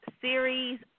series